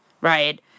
right